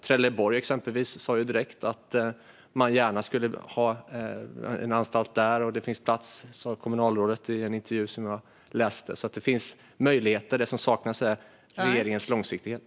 Trelleborg, exempelvis, sa direkt att man gärna skulle ha en anstalt där. Det finns plats, säger kommunalrådet i en intervju som jag läst. Det finns alltså möjligheter. Det som saknas är regeringens långsiktighet.